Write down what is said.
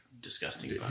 disgusting